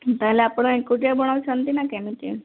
ତା'ହେଲେ ଆପଣ ଏକୁଟିିଆ ବନଉଛନ୍ତି ନା କେମିତି